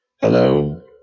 Hello